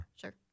sure